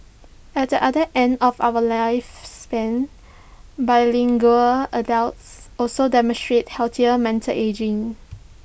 at the other end of our lifespan bilingual adults also demonstrate healthier mental ageing